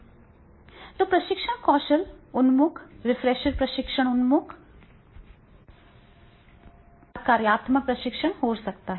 तो प्रशिक्षण कौशल उन्मुख रिफ्रेशर प्रशिक्षण उन्मुख पार कार्यात्मक प्रशिक्षण हो सकता है